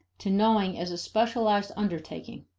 to knowing as a specialized undertaking.